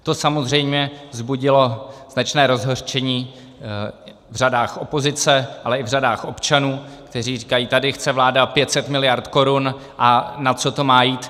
To samozřejmě vzbudilo značné rozhořčení v řadách opozice, ale i v řadách občanů, kteří říkají, tady chce vláda 500 miliard korun a na co to má jít?